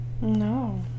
No